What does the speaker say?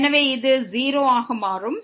எனவே இது 0 ஆக மாறும்